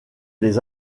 les